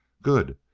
good.